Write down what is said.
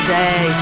day